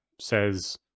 says